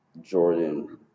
Jordan